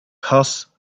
horse